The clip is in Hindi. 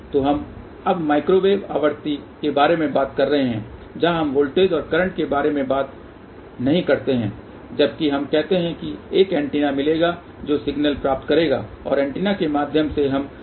तो हम अब माइक्रोवेव आवृत्ति के बारे में बात कर रहे हैं जहां हम वोल्टेज और करंट के बारे में बात नहीं करते हैं जबकि हम कहते हैं कि हमें एक एंटीना मिलेगा जो सिग्नल प्राप्त करेगा और एंटीना के माध्यम से हम सिग्नल संचारित कर सकते हैं